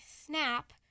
Snap